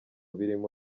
birimo